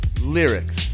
Lyrics